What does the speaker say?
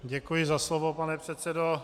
Děkuji za slovo, pane předsedo.